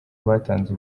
batanze